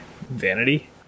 Vanity